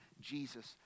Jesus